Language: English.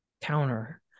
counter